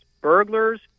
burglars